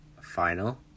final